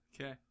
Okay